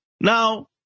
Now